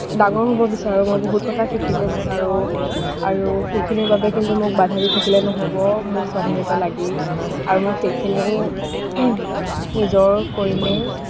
ডাঙৰ হ'ব বিচাৰোঁ মই বহুত কথা শিকিব বিচাৰোঁ আৰু সেইখিনিৰ বাবে কিন্তু মোক বাধা দি থাকিলে নহ'ব মোক স্বাধীনতা লাগেই আৰু মই সেইখিনি নিজৰ কৰিমেই